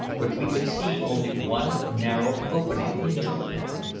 but we could see only one narrow opening into it.